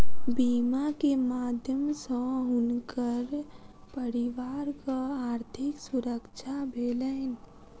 बीमा के माध्यम सॅ हुनकर परिवारक आर्थिक सुरक्षा भेलैन